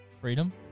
freedom